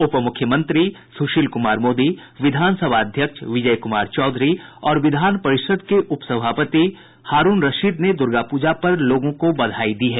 उपमुख्यमंत्री सुशील कुमार मोदी विधानसभा अध्यक्ष विजय कुमार चौधरी और विधान परिषद के उपसभापति हारूण रशीद ने दुर्गा पूजा पर लोगों को बधाई दी है